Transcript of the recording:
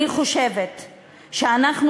אני חושבת שאנחנו,